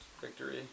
victory